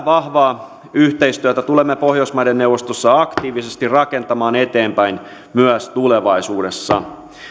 vahvaa yhteistyötä tulemme pohjoismaiden neuvostossa aktiivisesti rakentamaan eteenpäin myös tulevaisuudessa